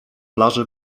plaży